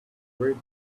great